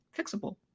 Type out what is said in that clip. fixable